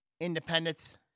independence